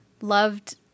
loved